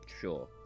Sure